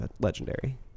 Legendary